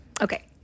Okay